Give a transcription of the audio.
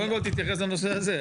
קודם כל תתייחס לנושא הזה.